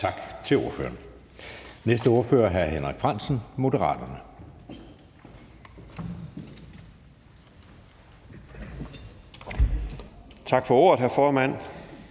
Tak til ordføreren. Næste ordfører er hr. Henrik Frandsen, Moderaterne. Kl. 12:55 (Ordfører)